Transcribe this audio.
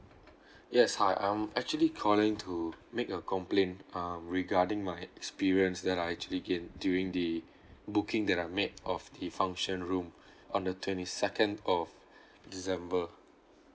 yes hi I'm actually calling to make a complaint um regarding my experience that I actually get during the booking that I've made of the function room on the twenty second of december